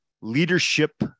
leadership